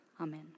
Amen